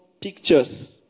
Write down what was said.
pictures